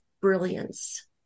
brilliance